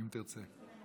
אם תרצה.